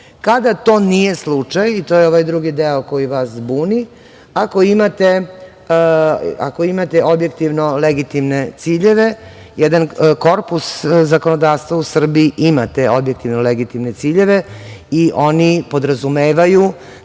to nije slučaj? To je ovaj drugi deo koji vas buni. Ako imate objektivno legitimne ciljeve. Jedan korpus zakonodavstva u Srbiji ima te legitimne ciljeve i oni podrazumevaju